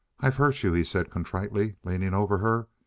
i've hurt you, he said contritely, leaning over her.